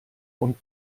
und